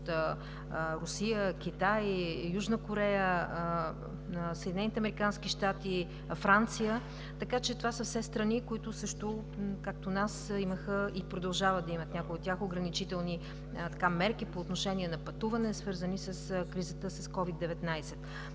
Русия, Китай, Южна Корея, Съединените американски щати, Франция. Това са все страни, които също като нас имаха и продължават да имат – някои от тях, ограничителни мерки по отношение на пътуване, свързани с кризата с COVID-19.